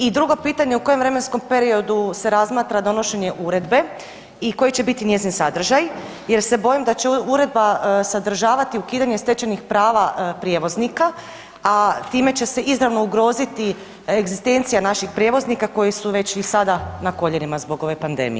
I drugo pitanje, u kojem vremenskom periodu se razmatra donošenje uredbe i koji će biti njezin sadržaj jer se bojim da će uredba sadržavati ukidanje stečenih prava prijevoznika, a time će se izravno ugroziti egzistencija naših prijevoznika koji su već i sada na koljenima zbog ove pandemije.